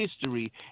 history